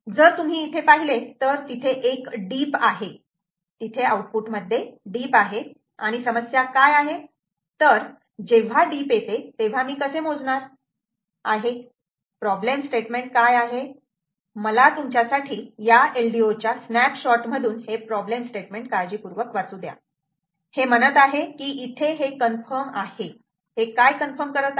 जर तुम्ही इथे पाहिले तर तिथे एक डीप आहे तिथे आउटपुट मध्ये डीप आहे आणि समस्या काय आहे तर जेव्हा डीप येते तेव्हा मी कसे मोजणार आहे प्रॉब्लेम स्टेटमेंट काय आहे मला तुमच्यासाठी या LDO च्या स्नॅप शॉट मधून हे प्रॉब्लेम स्टेटमेंट काळजीपूर्वक वाचू द्या हे म्हणत आहे की इथे हे कन्फर्म आहे हे काय कन्फर्म करत आहे